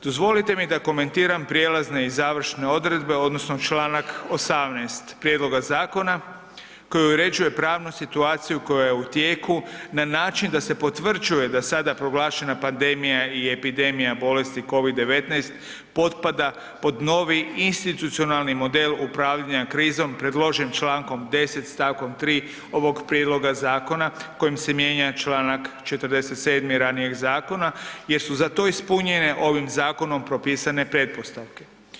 Dozvolite mi da komentiram prijelazne i završne odredbe odnosno čl. 18. prijedloga zakona koji uređuje pravnu situaciju koja je u tijeku na način da se potvrđuje da sada proglašena pandemija i epidemija bolesti COVID-19 potpada pod novi institucionalni model upravljanja krizom predložen čl. 10. st. 3. ovog prijedloga zakona kojim se mijenja čl. 47. ranijeg zakona jer su za to ispunjene ovih zakonom propisane pretpostavke.